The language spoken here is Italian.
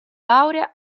laurea